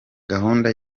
gahunda